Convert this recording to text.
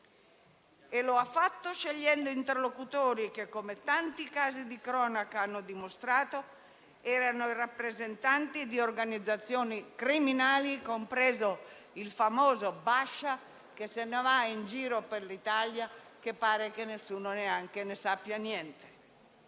e lo ha fatto scegliendo interlocutori che, come tanti casi di cronaca hanno dimostrato, erano i rappresentanti di organizzazioni criminali, compreso il famoso Bija, che se ne va in giro per l'Italia e pare che nessuno ne sappia niente.